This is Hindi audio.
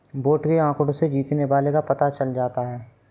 वोट के आंकड़ों से जीतने वाले का पता चल जाता है